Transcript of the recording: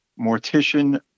mortician